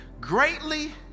greatly